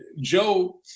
Joe